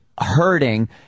hurting